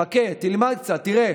חכה, תלמד קצת, תראה.